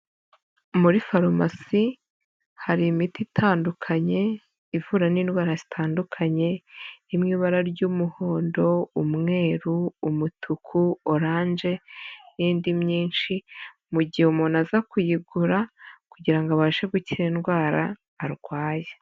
Muri farumasi hari imiti itandukanye ivura n'indwara zitandukanye iri mu ibara ry'umuhondo, umweru, umutuku, oranje n'indi myinshi, mu gihe umuntu aza kuyigura kugira ngo abashe gukira indwara arwaye.